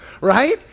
right